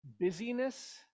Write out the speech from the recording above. busyness